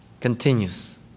continues